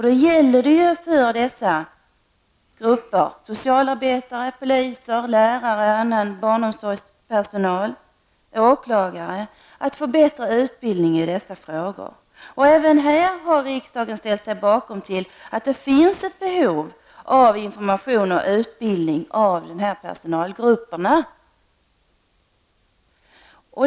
Då gäller det för dessa grupper -- socialarbetare, poliser, lärare, barnomsorgspersonal och åklagare -- att få bättre utbildning i dessa frågor. Riksdagen har ställt sig bakom uttalandet att det finns ett behov av information och utbildning för de här personalgrupperna.